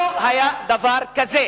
לא היה דבר כזה.